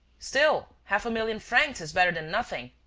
still, half a million francs is better than nothing.